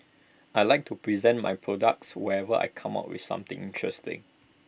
I Like to present my products whenever I come up with something interesting